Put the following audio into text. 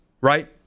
right